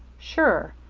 sure.